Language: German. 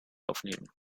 aufnehmen